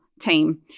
Team